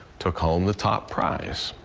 took home, the top prize.